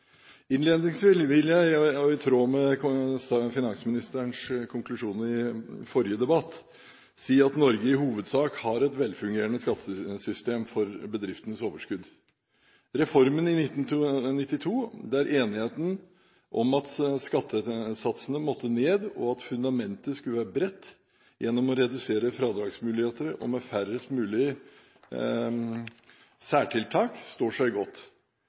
Innledningsvis vil jeg – i tråd med finansministerens konklusjoner i den forrige debatten – si at Norge i hovedsak har et velfungerende skattesystem for bedriftenes overskudd. Reformen i 1992, med enigheten om at skattesatsene måtte ned og at fundamentet skulle være bredt gjennom å redusere fradragsmuligheter og med færrest mulig særtiltak, står seg godt.